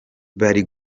bari